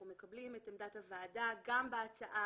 אנחנו מקבלים את עמדת הוועדה גם בהצעה